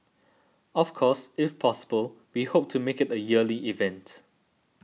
of course if possible we hope to make it a yearly event